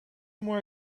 more